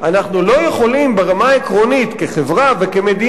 אנחנו לא יכולים ברמה העקרונית כחברה וכמדינה